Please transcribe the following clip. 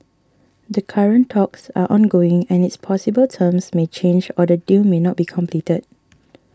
the current talks are ongoing and it's possible terms may change or the deal may not be completed